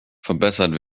verbessert